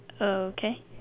Okay